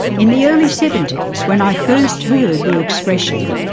in the early seventies when i first heard the expression,